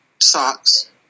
socks